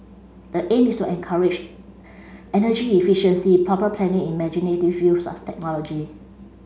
the aim is to encourage energy efficiency proper planning imaginative use of technology